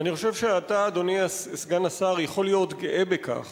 אני חושב שאתה, אדוני סגן השר, יכול להיות גאה בכך